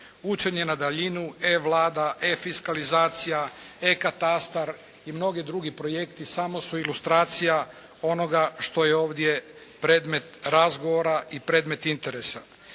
Učenje na daljinu, E-Vlada, E-fiskalizacija, E-katastar i mnogi drugi projekti samo su ilustracija onoga što je ovdje predmet razgovora i predmet interesa.